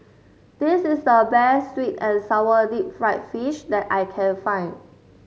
this is the best sweet and sour Deep Fried Fish that I can find